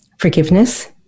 forgiveness